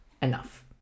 enough